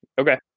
okay